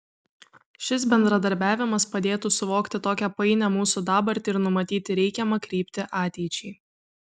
šis bendradarbiavimas padėtų suvokti tokią painią mūsų dabartį ir numatyti reikiamą kryptį ateičiai